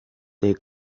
they